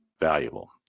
valuable